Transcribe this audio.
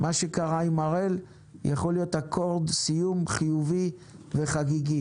מה שקרה עם הראל יכול להיות אקורד סיום חיובי וחגיגי.